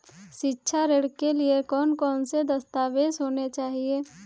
शिक्षा ऋण के लिए कौन कौन से दस्तावेज होने चाहिए?